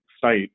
site